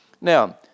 now